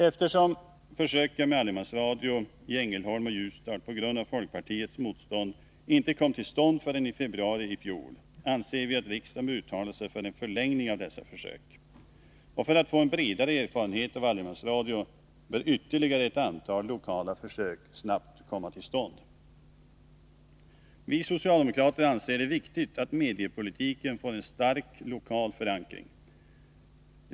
Eftersom försöken med allemansradio i Ängelholm och Ljusdal på grund av folkpartiets motstånd inte kom till stånd förrän i februari i fjol, anser vi att riksdagen bör uttala sig för en förlängning av dessa försök. För att man skall få en bredare erfarenhet av allemansradio bör ytterligare ett antal lokala försök snabbt komma till stånd. Vi socialdemokrater anser det viktigt att mediepolitiken får en stark lokal förankring.